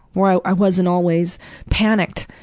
where i i wasn't always panicked.